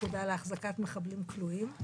פקודה להחזקת מחבלים כלואים.